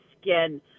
skin